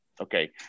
Okay